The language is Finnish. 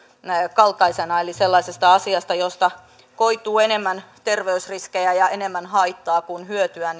kaltaisina eli leikata sellaisesta asiasta josta koituu enemmän terveysriskejä ja enemmän haittaa kuin hyötyä